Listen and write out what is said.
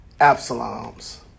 Absalom's